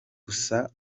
gusa